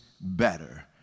better